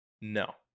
No